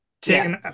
taking